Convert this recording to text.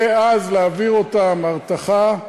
ואז להעביר אותם הרתחה,